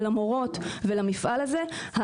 למורות ולמפעל הזה,